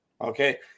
Okay